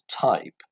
type